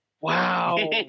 Wow